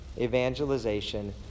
evangelization